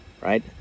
right